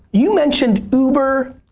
you mentioned uber,